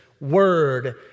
word